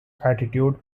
attitude